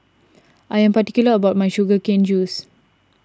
I am particular about my Sugar Cane Juice